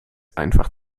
einfach